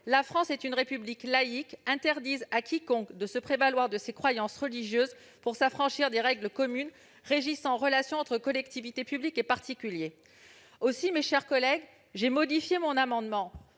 la France est une République laïque "[...] interdisent à quiconque de se prévaloir de ses croyances religieuses pour s'affranchir des règles communes régissant les relations entre collectivités publiques et particuliers ». Aussi, j'ai rectifié mon amendement